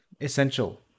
essential